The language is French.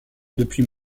depuis